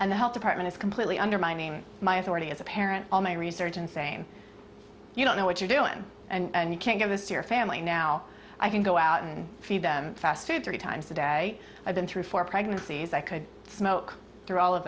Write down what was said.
and the health department is completely undermining my authority as a parent all my research and same you don't know what you're doing and you can give us your family now i can go out and feed them fast food three times a day i've been through four pregnancies i could smoke through all of